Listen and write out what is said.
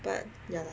but ya lah